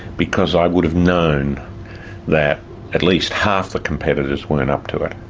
because i would have known that at least half the competitors weren't up to it.